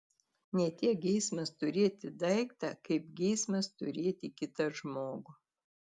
ne tiek geismas turėti daiktą kaip geismas turėti kitą žmogų